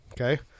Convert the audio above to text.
Okay